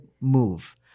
move